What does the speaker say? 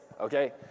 okay